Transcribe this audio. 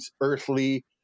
earthly